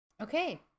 Okay